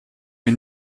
mir